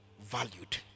valued